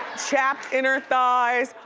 chapped inner thighs,